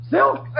Silk